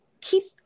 Keith